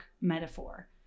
metaphor